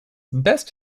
best